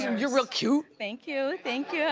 you're real cute! thank you, thank you.